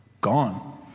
gone